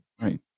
Right